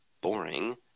boring